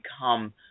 become